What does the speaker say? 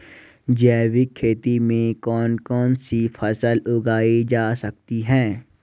जैविक खेती में कौन कौन सी फसल उगाई जा सकती है?